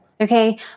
okay